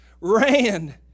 ran